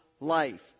life